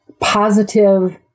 positive